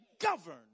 govern